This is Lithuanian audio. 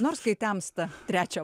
nors kai temsta trečią